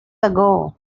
ago